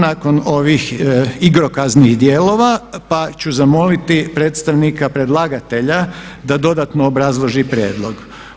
Nakon ovih igrokaznih dijelova pa ću zamoliti predstavnika predlagatelja da dodatno obrazloži prijedlog.